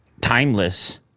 timeless